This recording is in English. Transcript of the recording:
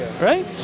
right